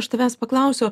aš tavęs paklausiu